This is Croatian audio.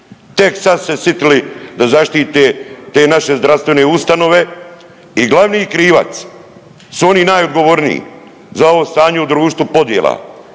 tek sad su se sitili da zaštite te naše zdravstvene ustanove i glavni krivac su oni najodgovorniji za ovo stanje u društvu podjela